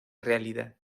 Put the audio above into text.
realidad